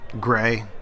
Gray